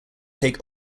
take